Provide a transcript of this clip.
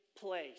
place